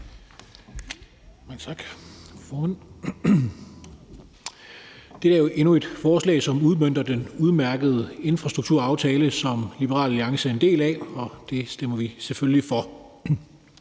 Dette er endnu et forslag, som udmønter den udmærkede infrastrukturaftale, som Liberal Alliance er en del af, og vi stemmer selvfølgelig for